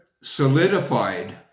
solidified